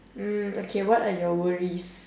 mm okay what are your worries